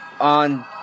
on